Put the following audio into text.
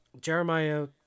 Jeremiah